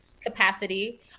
capacity